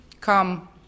come